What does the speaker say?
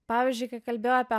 pavyzdžiui kai kalbėjau apie